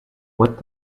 what